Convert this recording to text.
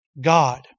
God